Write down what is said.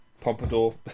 Pompadour